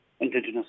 Indigenous